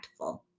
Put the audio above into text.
impactful